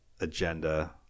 agenda